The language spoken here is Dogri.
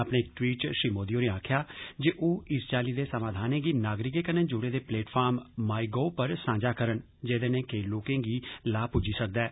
अपने इक टवीट च श्री मोदी होरें आक्खेआ जे ओ इस चाल्ली दे समाधानें गी नागरिकें कन्नै जुड़े दे प्लेटफार्म माई गोव पर सांझा करन जैदे नै केई लोकें गी लाह् पुज्जी सकदा ऐ